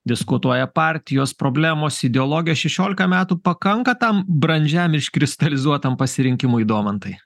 diskutuoja partijos problemos ideologijos šešiolika metų pakanka tam brandžiam iškristalizuotam pasirinkimui domantai